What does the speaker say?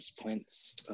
points